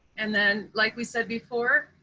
and then like we said before,